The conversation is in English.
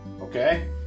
okay